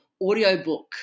audiobook